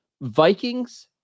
Vikings